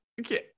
okay